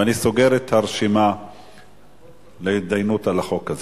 ואני סוגר את הרשימה להתדיינות על החוק הזה.